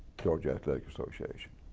georgia athletic association.